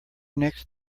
next